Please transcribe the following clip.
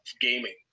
gaming